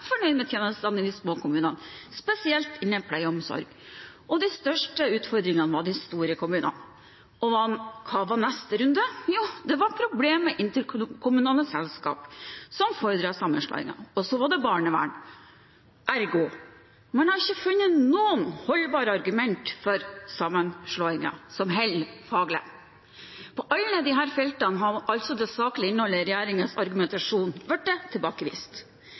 fornøyd med tjenestene i de små kommunene, spesielt innen pleie og omsorg. Og de største utfordringene var de store kommunene. Og hva var neste runde? Jo, det var problem med interkommunale selskap, som fordret sammenslåing. Og så var det barnevern. Ergo – man har ikke funnet noen holdbare argument for sammenslåing som holder faglig. På alle disse feltene har altså det saklige innholdet i regjeringens argumentasjon blitt tilbakevist.